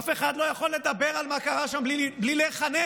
אף אחד לא יכול לדבר על מה שקרה שם בלי להיחנק,